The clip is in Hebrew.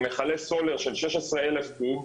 עם מכלי סולר של 16 אלף קוב,